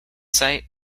sight